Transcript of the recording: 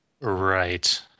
Right